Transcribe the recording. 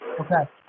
Okay